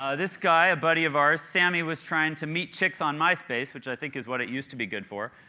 ah this guy, a buddy of ours samy, was trying to meet chicks on myspace which i think is what it used to be good for.